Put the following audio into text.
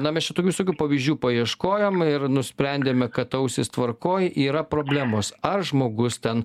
na mes čia tų visokių pavyzdžių paieškojom ir nusprendėme kad ausys tvarkoj yra problemos ar žmogus ten